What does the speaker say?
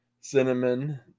cinnamon